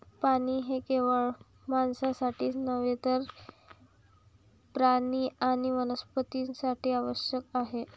पाणी हे केवळ माणसांसाठीच नव्हे तर प्राणी आणि वनस्पतीं साठीही आवश्यक आहे